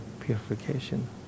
purification